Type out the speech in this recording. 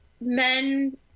men